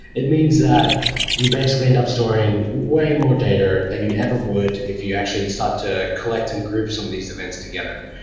it means that you basically end up storing way more data than you ever would if you actually start to collect and group some of these events together.